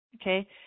okay